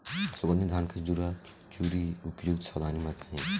सुगंधित धान से जुड़ी उपयुक्त सावधानी बताई?